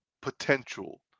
potential